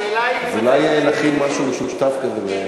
השאלה היא, אז אולי נכין משהו משותף כזה?